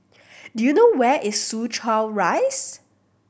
do you know where is Soo Chow Rise